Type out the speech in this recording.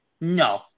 no